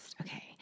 Okay